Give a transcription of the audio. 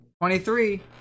Twenty-three